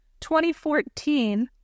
2014